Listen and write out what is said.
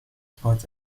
sports